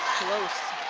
close.